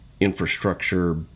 infrastructure